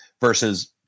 versus